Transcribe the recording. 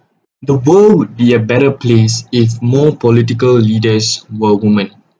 the world would be a better place if more political leaders were women